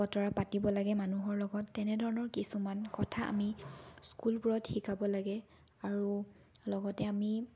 বতৰা পাতিব লাগে মানুহৰ লগত তেনেধৰণৰ কিছুমান কথা আমি স্কুলবোৰত শিকাব লাগে আৰু লগতে আমি